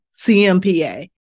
CMPA